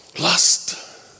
Lust